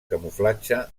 camuflatge